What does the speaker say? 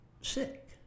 sick